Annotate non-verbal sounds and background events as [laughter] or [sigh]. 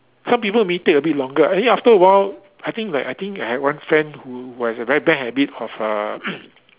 some people may take a bit longer eh after awhile I think I think I have one friend who has a very bad habit of uh [noise]